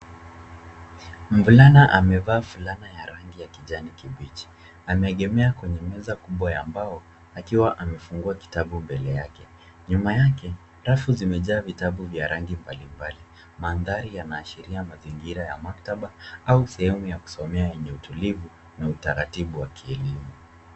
Mvulana amevaa fulana ya rangi ya kijani kibichi. Ameegemea kwenye meza kubwa ya mbao akiwa amefungua kitabu mbele yake. Nyuma yake rafu zimejaa vitabu vya rangi mbalimbali. Mandhari yanaashiria mazingira ya maktaba au sehemu ya kusomea yenye utulivu na utaratibu wa kielimu.